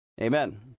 Amen